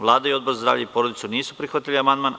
Vlada i Odbor za zdravlje i porodicu, nisu prihvatili amandman.